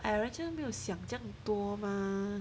I actually 没有想这样多吗